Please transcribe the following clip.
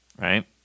right